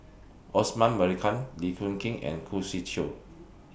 Osman Merican Lee Koon King and Khoo Swee Chiow